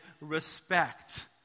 respect